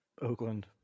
Oakland